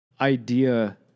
idea